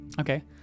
Okay